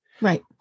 Right